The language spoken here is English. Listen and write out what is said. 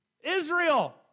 Israel